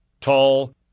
Tall